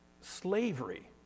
Slavery